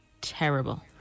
terrible